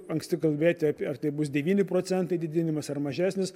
anksti kalbėti apie ar tai bus devyni procentai didinimas ar mažesnis